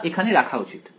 টা এখানে রাখা উচিত